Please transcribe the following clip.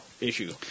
issue